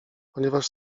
ponieważ